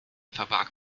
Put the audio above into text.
verbarg